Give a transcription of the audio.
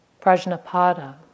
Prajnapada